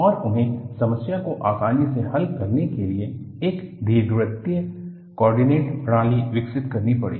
और उन्हें समस्या को आसानी से हल करने के लिए एक दीर्घवृत्तीय कोऑर्डिनेट प्रणाली विकसित करनी पड़ी